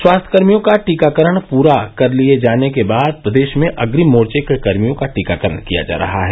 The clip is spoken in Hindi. स्वास्थ्यकर्मियों का टीकाकरण पूरा कर लिये जाने के बाद प्रदेश में अग्रिम मोर्च के कर्मियों का टीकाकरण किया जा रहा है